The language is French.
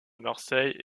marseille